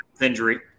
injury